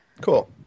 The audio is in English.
cool